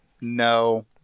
No